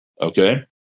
Okay